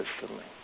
personally